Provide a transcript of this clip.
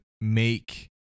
make